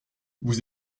vous